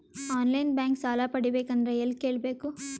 On line bank ಸಾಲ ಪಡಿಬೇಕಂದರ ಎಲ್ಲ ಕೇಳಬೇಕು?